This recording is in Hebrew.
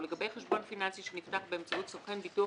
ולגבי חשבון פיננסי שנפתח באמצעות סוכן ביטוח